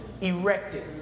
erected